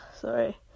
sorry